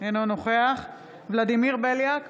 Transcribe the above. אינו נוכח ולדימיר בליאק,